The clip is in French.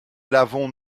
l’avons